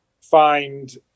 find